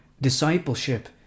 discipleship